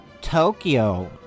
tokyo